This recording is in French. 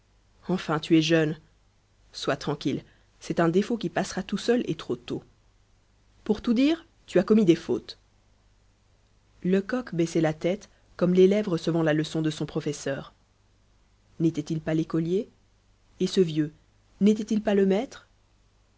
enfin tu es jeune sois tranquille c'est un défaut qui passera tout seul et trop tôt pour tout dire tu as commis des fautes lecoq baissait la tête comme l'élève recevait le leçon de son professeur n'était-il pas l'écolier et ce vieux n'était-il pas le maître